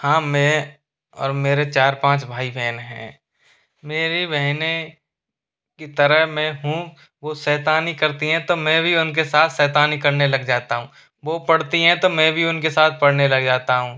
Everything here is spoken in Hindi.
हाँ मैं और मेरे चार पाँच भाई बहन हैं मेरी बहनें की तरह मैं हूँ वो शैतानी करती है तो मैं भी उनके साथ शैतानी करने लग जाता हूँ वो पढ़ती है तो मैं भी उनके साथ पढ़ने लग जाता हूँ